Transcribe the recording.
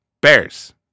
bears